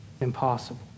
impossible